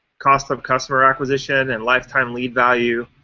cost of customer acquisition, and lifetime lead value,